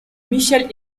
michel